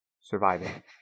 Surviving